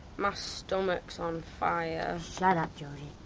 my stomach is on fire! shut up, georgie.